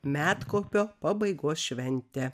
medkopio pabaigos šventę